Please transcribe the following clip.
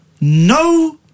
no